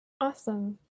Awesome